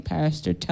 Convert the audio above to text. Pastor